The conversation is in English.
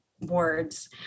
words